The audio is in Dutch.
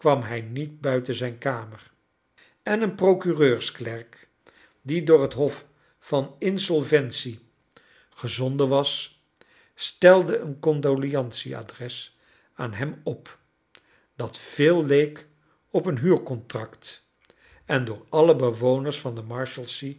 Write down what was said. kwarn hij niet buiten zijn kamer en een procureurs klerk die door het ilof van insolventie gecharles dickens zonden was stelde een condoleantieadres aan hem op dat veel leek op een huurcontract en door alle bewoners van de